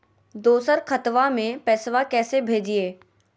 दोसर खतबा में पैसबा कैसे भेजिए?